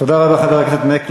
תודה רבה, חבר הכנסת מקלב.